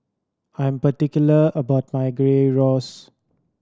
I'm particular about my Gyros